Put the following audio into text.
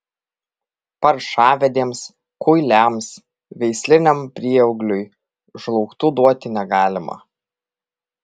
paršavedėms kuiliams veisliniam prieaugliui žlaugtų duoti negalima